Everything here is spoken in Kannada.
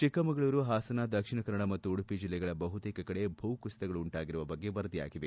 ಚಿಕ್ಕಮಗಳೂರು ಹಾಸನ ದಕ್ಷಿಣಕನ್ನಡ ಮತ್ತು ಉಡುಪಿ ಜಿಲ್ಲೆಗಳ ಬಹುತೇಕ ಕಡೆ ಭೂಕುಸಿತಗಳು ಉಂಟಾಗಿರುವ ಬಗ್ಗೆ ವರದಿಯಾಗಿದೆ